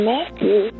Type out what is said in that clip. Matthew